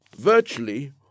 Virtually